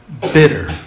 bitter